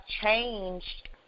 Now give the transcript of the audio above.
changed